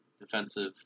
defensive